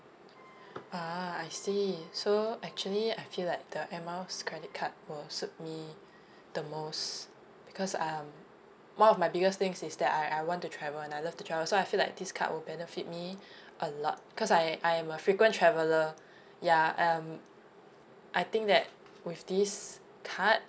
ah I see so actually I feel like the air miles credit card will suit me the most because um one of my biggest things is that I I want to travel and I love to travel so I feel like this card will benefit me a lot because I I'm a frequent traveller ya um I think that with this card